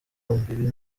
imbibi